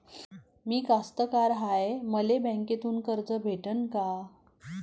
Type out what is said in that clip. मी कास्तकार हाय, मले बँकेतून कर्ज भेटन का?